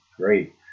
Great